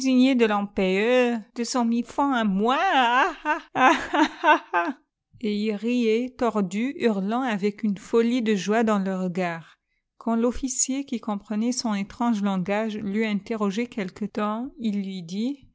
et il riait tordu hurlant avec une folie de joie dans le regard quand l'officier qui comprenait son étrange langage l'eut interrogé quelque temps il lui dit